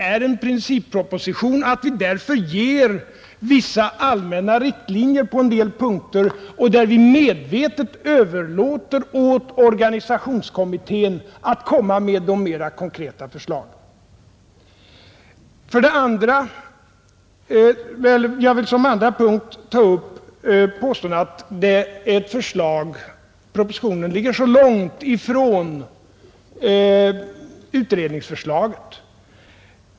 Vi ger vissa allmänna riktlinjer på en del punkter och överlåter medvetet åt organisationskommittén att forma de mera konkreta förslagen. Jag vill som andra punkt ta upp påståendena att propositionen ligger så långt ifrån utredningsförslaget.